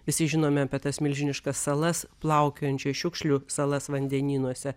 visi žinome apie tas milžiniškas salas plaukiojančių šiukšlių salas vandenynuose